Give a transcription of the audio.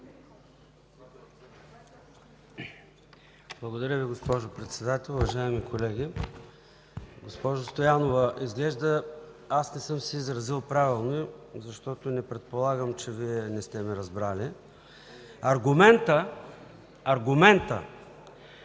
Благодаря Ви, госпожо Председател. Уважаеми колеги! Госпожо Стоянова, изглежда не съм се изразил правилно, защото не предполагам, че Вие не сте ме разбрали. Аргументът тези